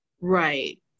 Right